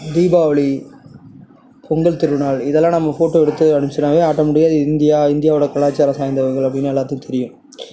தீபாவளி பொங்கல் திருநாள் இதெல்லாம் நம்ம ஃபோட்டோ எடுத்து அனுப்பிச்சோன்னாவே ஆட்டோமெட்டிக்காக இது இந்தியா இந்தியாவோட கலாச்சாரம் சார்ந்தவங்கள் அப்படினு எல்லாத்துக்கும் தெரியும்